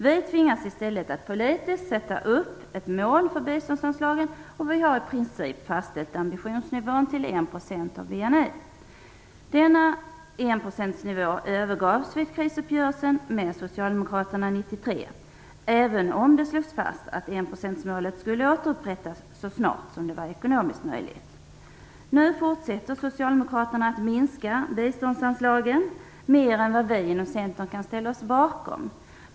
Vi tvingas i stället att politiskt sätta upp ett mål för biståndsanslagen, och vi har i princip fastställt ambitionsnivån till 1 % av BNI. Denna enprocentsnivå övergavs vid krisuppgörelsen med Socialdemokraterna 1993, även om det slogs fast att enprocentsmålet skulle återupprättas så snart som det var ekonomiskt möjligt. Nu fortsätter Socialdemokraterna att minska biståndsanslagen mer än vad vi inom Centern kan ställa oss bakom.